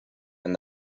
and